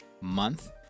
Month